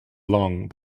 along